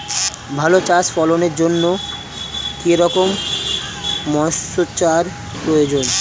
ভালো চা ফলনের জন্য কেরম ময়স্চার প্রয়োজন?